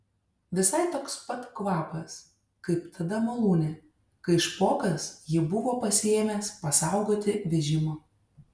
visai toks pat kvapas kaip tada malūne kai špokas jį buvo pasiėmęs pasaugoti vežimo